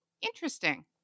Interesting